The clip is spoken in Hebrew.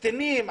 קטינים,